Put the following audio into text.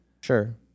Sure